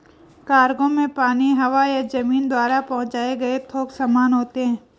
cargo में पानी, हवा या जमीन द्वारा पहुंचाए गए थोक सामान होते हैं